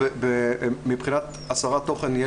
מבחינת הסרת תוכן,